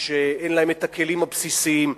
כשאין להם הכלים הבסיסיים,